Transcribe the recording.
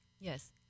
Yes